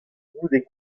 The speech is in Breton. goude